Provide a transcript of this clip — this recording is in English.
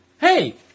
Hey